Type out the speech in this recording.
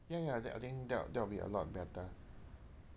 ya ya I think I think that will be a lot better